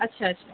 ଆଚ୍ଛା ଆଚ୍ଛା